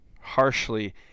harshly